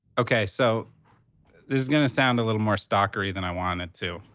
okay, so this is gonna sound a little more stalker-y than i want it to.